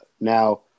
Now